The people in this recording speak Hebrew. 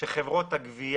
שתם זמנן של חברות הגבייה,